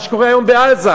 מה שקורה היום בעזה.